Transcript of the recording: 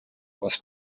вас